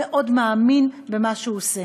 מאמין מאוד מאוד במה שהוא עושה.